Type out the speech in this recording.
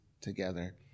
together